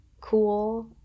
cool